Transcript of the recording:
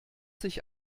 sich